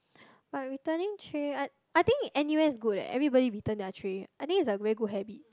but returning tray I I think N_U_S good eh everybody return their tray I think it's a very good habit